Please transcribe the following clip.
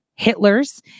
Hitlers